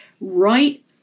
Right